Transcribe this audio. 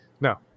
no